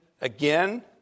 again